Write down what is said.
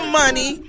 money